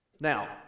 Now